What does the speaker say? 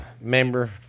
member